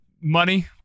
money